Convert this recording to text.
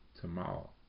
Tomorrow